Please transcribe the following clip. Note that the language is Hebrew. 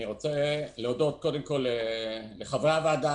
אני רוצה להודות לחברי הוועדה